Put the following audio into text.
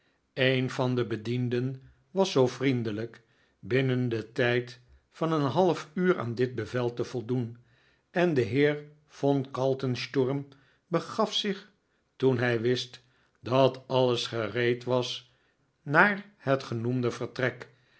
een van de bedienden was zoo vriendelijk binnen den tijd van een half uur aan dit bevel te voldoen en de heer von kaltensturm begaf zich toen hij wist dat alles gereed was naar het genoemde vertrek